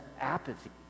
apathy